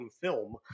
film